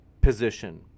position